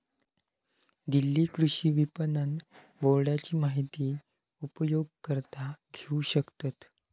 दिल्ली कृषि विपणन बोर्डाची माहिती उपयोगकर्ता घेऊ शकतत